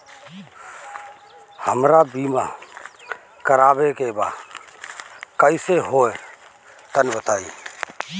हमरा बीमा करावे के बा कइसे होई तनि बताईं?